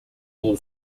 all